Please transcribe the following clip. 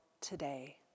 today